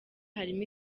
harimo